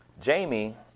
Jamie